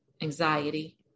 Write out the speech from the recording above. anxiety